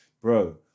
Bro